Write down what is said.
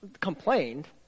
complained